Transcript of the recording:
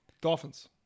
dolphins